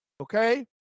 okay